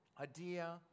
idea